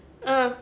uh